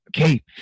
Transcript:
Okay